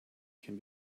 can